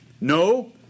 No